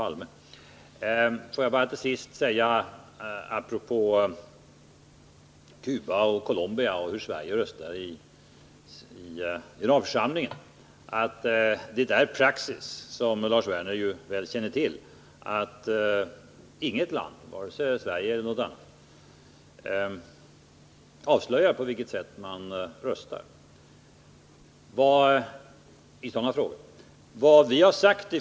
Till sist vill jag apropå Cuba och Colombia och hur Sverige röstade i generalförsamlingen säga att praxis, som Lars Werner väl känner till, är att man avslöjar på vilket sätt man röstar i sådana här frågor.